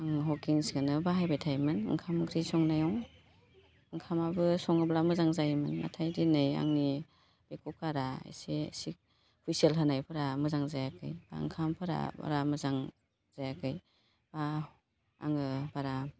आं ह'किन्सखौनो बाहायबाय थायोमोन ओंखाम ओंख्रि संनायाव ओंखामाबो सङोब्ला मोजां जायोमोन नाथाय दिनै आंनि बे कुकारा इसे हुइसेल होनायफ्रा मोजां जायाखै ओंखामफोरा बारा मोजां जायाखै आङो बारा